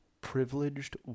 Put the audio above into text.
privileged